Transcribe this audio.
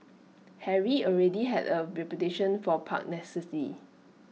Harry already had A reputation for pugnacity